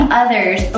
others